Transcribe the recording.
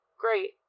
Great